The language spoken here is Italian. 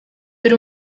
per